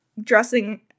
dressing